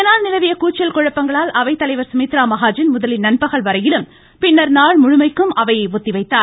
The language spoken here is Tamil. இதனால் நிலவிய கூச்சல் குழப்பங்களால் அவைத்தலைவர் சுமித்ரா மகாஜன் முதலில் நண்பகல் வரையிலும் பின்னர் நாள்முழுமைக்கும் அவையை ஒத்திவைத்தார்